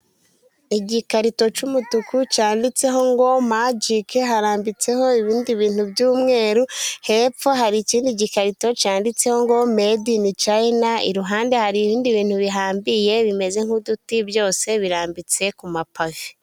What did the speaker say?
Igikarito cy'umutuku cyanditseho ngo majike harambitseho ibindi bintu by'umweru hepfo hari ikindi gikarito cyanditseho ngo medi ini chayina iruhande hari ibindi bintu bihabiriye bimeze nk'uduti byose birambitse ku mapave.